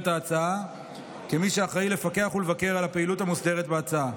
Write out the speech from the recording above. ההצעה כמי שאחראי לפקח ולבקר על הפעילות המוסדרת בהצעה,